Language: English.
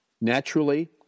Naturally